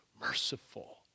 merciful